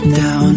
down